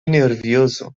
nervioso